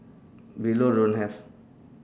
below don't have